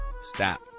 stop